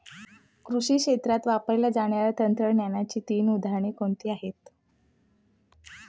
कृषी क्षेत्रात वापरल्या जाणाऱ्या तंत्रज्ञानाची तीन उदाहरणे कोणती आहेत?